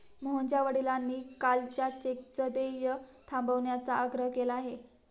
मोहनच्या वडिलांनी कालच्या चेकचं देय थांबवण्याचा आग्रह केला आहे